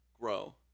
grow